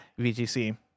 VGC